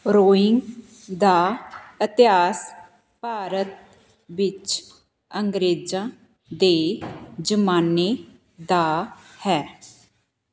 rowing ਦਾ ਇਤਿਹਾਸ ਭਾਰਤ ਵਿੱਚ ਅੰਗਰੇਜ਼ਾਂ ਦੇ ਜ਼ਮਾਨੇ ਦਾ ਹੈ